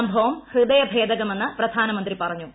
സംഭവം ഹൃദയഭേദകമെന്ന് പ്രധാനമന്ത്രി പറഞ്ഞു